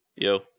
Yo